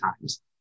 times